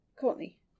Courtney